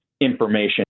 information